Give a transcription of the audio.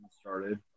started